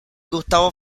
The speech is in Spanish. gustavo